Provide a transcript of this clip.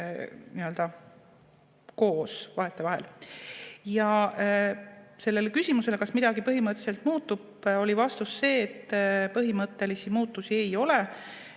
vahetevahel koos. Sellele küsimusele, kas midagi põhimõtteliselt muutub, oli vastus see, et põhimõttelisi muutusi ei ole.